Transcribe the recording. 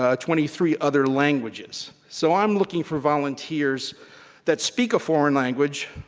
ah twenty three other languages. so i'm looking for volunteers that speak a foreign language.